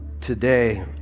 today